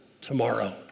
tomorrow